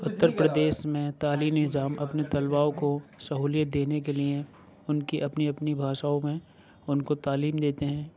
اُتر پردیش میں تعلیمی نظام اپنے طلباء کو سہولیت دینے کے لیے اُن کی اپنی اپنی بھاشاؤں میں اُن کو تعلیم دیتے ہیں